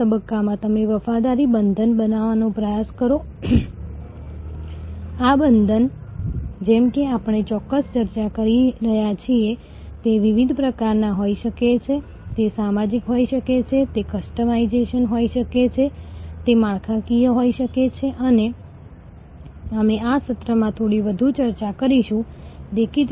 કારણ કે તમારી ઓપરેટિંગ કોસ્ટ પણ નીચે આવે છે અને અમે એ પણ ચર્ચા કરી રહ્યા નથી કે તમારી પાસે હવે ગ્રાહક સંપાદન ખર્ચ નથી જે આપણે પહેલા ચર્ચા કરી ચૂક્યા છે